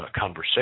conversation